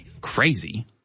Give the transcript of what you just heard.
crazy